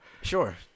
Sure